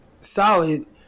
solid